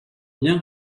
bien